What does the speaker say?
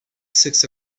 six